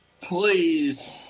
please